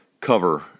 cover